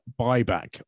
buyback